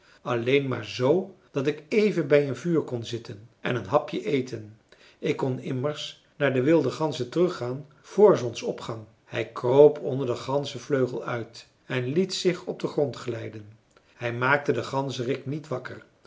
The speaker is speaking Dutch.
alleen maar zoo dat ik even bij een vuur kon zitten en een hapje eten ik kon immers naar de wilde ganzen teruggaan vr zonsopgang hij kroop onder den ganzenvleugel uit en liet zich op den grond glijden hij maakte den ganzerik niet wakker